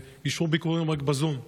ואישרו ביקורים רק בזום.